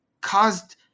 caused